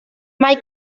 mae